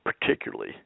particularly